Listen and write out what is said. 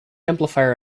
amplifier